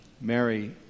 Mary